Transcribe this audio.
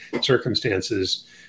circumstances